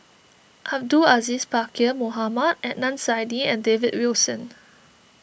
Abdul Aziz Pakkeer Mohamed Adnan Saidi and David Wilson